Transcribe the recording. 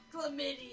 Chlamydia